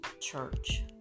church